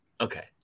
okay